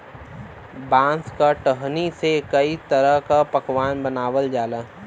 बांस क टहनी से कई तरह क पकवान बनावल जाला